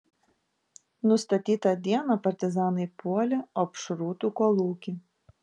nustatytą dieną partizanai puolė opšrūtų kolūkį